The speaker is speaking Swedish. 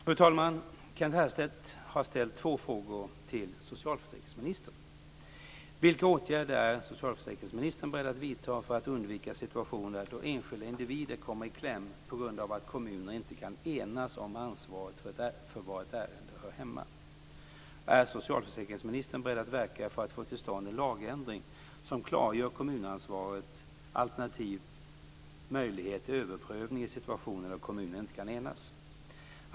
Fru talman! Kent Härstedt har ställt två frågor till socialförsäkringsministern: - Är socialförsäkringsministern beredd att verka för att få till stånd en lagändring som klargör kommunansvaret alternativt möjlighet till överprövning i situationer då kommunerna inte kan enas?